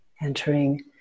entering